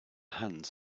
hands